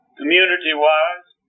community-wise